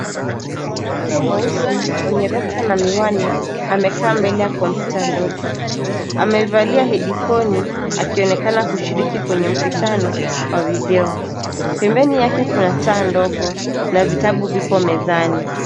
Mwanamke mweusi mwenye rasta na miwani, amekaa mbele ya kompyuta ndogo. Amevalia hedifoni akionekana kushiriki kwenye mkutano wa video. Pembeni yake kuna taa ndogo , na vitabu vipo mezani.